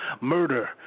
Murder